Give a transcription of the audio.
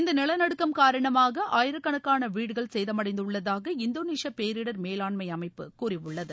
இந்த நிலநடுக்கம் காரணமாக ஆயிரக்கணக்கான வீடுகள் சேதமடைந்துள்ளதாக இந்தோனேஷிய பேரிடர் மேலாண்மை அமைப்பு கூறியுள்ளது